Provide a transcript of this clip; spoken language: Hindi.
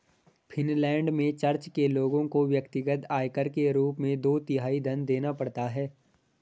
फिनलैंड में चर्च के लोगों को व्यक्तिगत आयकर के रूप में दो तिहाई धन देना पड़ता है